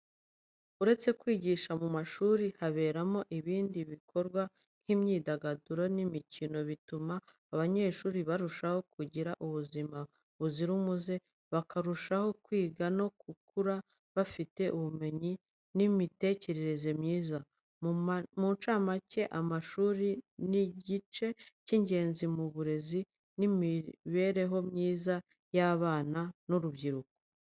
Uretse kwigisha mu mashuri haberamo ibindi bikorwa nk'imyidagaduro n'imikino bituma abanyeshuri barushaho kugira ubuzima buzira umuze, bakarushaho kwiga no gukura bafite ubumenyi n'imitekerereze myiza. Mu ncamake, amashuri ni igice cy'ingenzi mu burezi n'imibereho myiza y'abana n'urubyiruko.